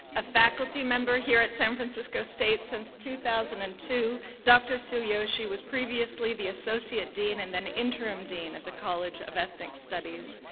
a faculty member here at san francisco state since two thousand and two, dr. sueyoshi was previously the associate dean, and then interim dean of the college of ethnic studies.